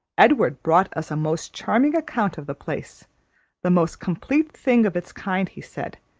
edward brought us a most charming account of the place the most complete thing of its kind, he said,